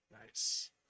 Nice